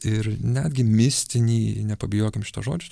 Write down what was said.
ir netgi mistinį nepabijokim šito žodžio